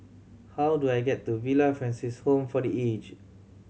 how do I get to Villa Francis Home for The Aged